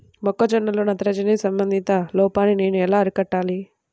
మొక్క జొన్నలో నత్రజని సంబంధిత లోపాన్ని నేను ఎలా అరికట్టాలి?